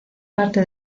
parte